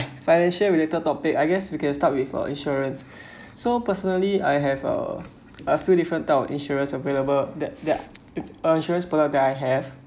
financial related topic I guess we can start with our insurance so personally I have a a I feel different thought insurers available that that if a insurance product that I have